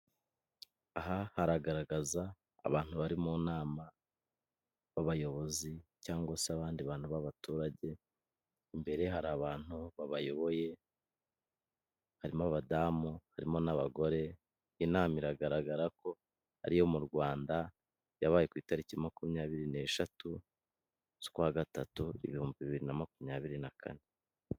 Aha hagaragara abantu bari mu nama b'abayobozi cyangwa se abandi bantu b'abaturage, imbere hari abantu babayoboye harimo abadamu, harimo n'abagore inama iragaragara ko ariyo mu Rwanda yabaye ku itariki makumyabiri n'eshatu zukwa gatatu, ibihumbi bibiri na makumyabiri na kane.